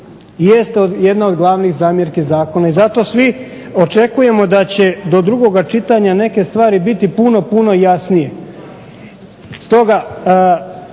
jeste jedna od glavnih zamjerki zakona i zato svi očekujemo da će do drugoga čitanja neke stvari biti puno, puno jasnije.